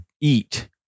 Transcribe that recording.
eat